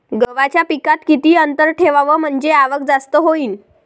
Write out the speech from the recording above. गव्हाच्या पिकात किती अंतर ठेवाव म्हनजे आवक जास्त होईन?